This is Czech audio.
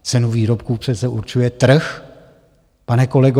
Cenu výrobků přece určuje trh, pane kolego.